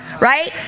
right